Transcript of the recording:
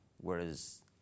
Whereas